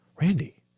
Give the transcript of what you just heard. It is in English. Randy